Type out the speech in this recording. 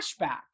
flashback